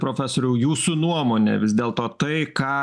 profesoriau jūsų nuomone vis dėlto tai ką